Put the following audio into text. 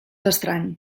estrany